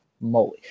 moly